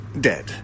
Dead